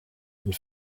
and